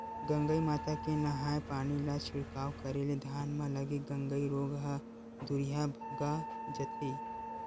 गंगई माता के नंहाय पानी ला छिड़काव करे ले धान म लगे गंगई रोग ह दूरिहा भगा जथे